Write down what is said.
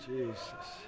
Jesus